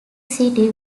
city